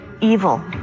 evil